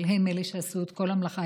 אבל הם אלה שעשו את כל המלאכה.